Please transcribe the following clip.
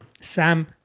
Sam